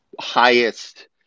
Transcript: highest